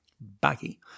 Baggy